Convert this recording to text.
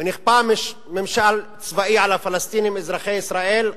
ונכפה ממשל צבאי על הפלסטינים אזרחי ישראל,